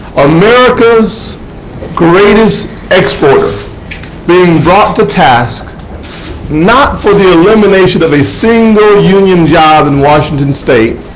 america's greatest exporter being brought to task not for the elimination of a single union job in washington state,